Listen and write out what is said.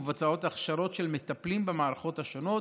ומבוצעות הכשרות של מטפלים במערכות השונות,